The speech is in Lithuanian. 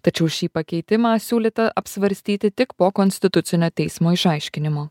tačiau šį pakeitimą siūlyta apsvarstyti tik po konstitucinio teismo išaiškinimo